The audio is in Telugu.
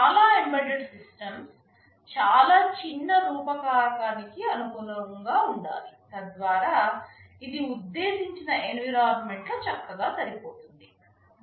చాలా ఎంబెడెడ్ సిస్టమ్స్చాలా చిన్న రూపకారకానికి అనుగుణంగా ఉండాలి తద్వారా ఇది ఉద్దేశించిన ఎన్విరాన్మెంట్ లో చక్కగా సరిపోతుంది